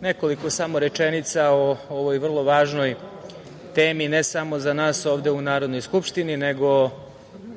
nekoliko samo rečenica o ovoj vrlo važnoj temi ne samo za nas ovde u Narodnoj skupštini, nego